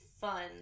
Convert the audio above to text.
fun